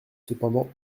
cependant